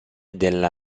della